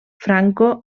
franco